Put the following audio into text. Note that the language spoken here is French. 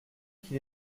qu’il